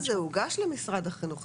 אני מבינה שזה הוגש למשרד החינוך.